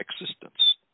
existence